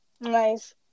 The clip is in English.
Nice